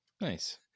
Nice